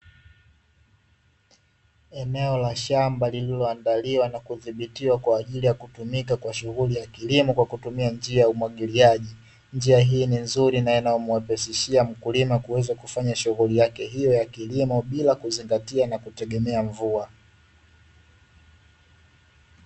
Eneo la shamba liliandaliwa na kudhibitiwa kwa ajili ya kutumika kwa shughuli ya kilimo kwa kutumia njia ya umwagiliaji. Njia hii ni nzuri na inamrahisishia mkulima kufanya shughuli yake hiyo ya kilimo bila kuzingatia na kutegemea mvua.